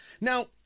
Now